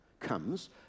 comes